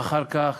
ואחר כך